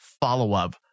follow-up